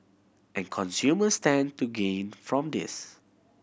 and consumers stand to gain from this